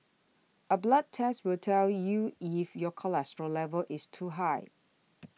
a blood test will tell you if your cholesterol level is too high